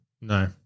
No